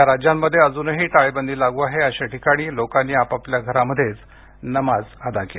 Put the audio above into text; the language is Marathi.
ज्या राज्यांमध्ये अजूनही टाळेबंदी लागू आहे अशा ठिकाणी लोकांनी आपाल्या घरांमध्येच नमाज अदा केली